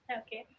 okay